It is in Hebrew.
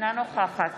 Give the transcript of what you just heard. אינה נוכחת